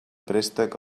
préstec